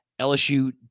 LSU